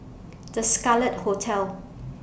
The Scarlet Hotel